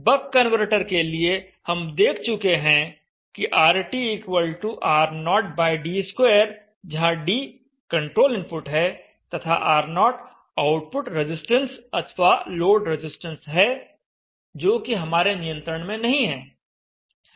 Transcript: बक converter के लिए हम देख चुके हैं कि RTR0d2 जहां d कंट्रोल इनपुट है तथा R0 आउटपुट रजिस्टेंस अथवा लोड रजिस्टेंस है जो कि हमारे नियंत्रण में नहीं है